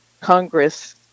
Congress